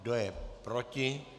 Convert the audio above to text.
Kdo je proti?